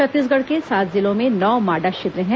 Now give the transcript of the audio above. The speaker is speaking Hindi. छत्तीसगढ़ के सात जिलों में नौ माडा क्षेत्र हैं